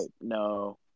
No